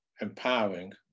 empowering